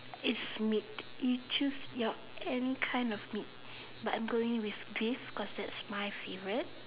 is meat you choose your end kind of meat but I'm going with this cause it's my favourite